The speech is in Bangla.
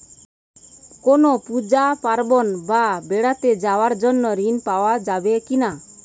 কোনো পুজো পার্বণ বা বেড়াতে যাওয়ার জন্য ঋণ পাওয়া যায় কিনা?